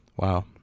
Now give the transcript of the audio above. Wow